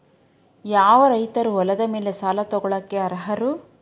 ಯಾವ ರೈತರು ಹೊಲದ ಮೇಲೆ ಸಾಲ ತಗೊಳ್ಳೋಕೆ ಅರ್ಹರು?